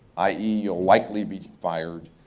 i e. you'll likely be fired,